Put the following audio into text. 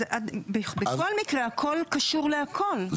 אז בכל מקרה הכל קשור להכל, אדוני.